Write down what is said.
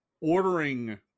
ordering